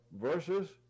verses